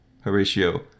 Horatio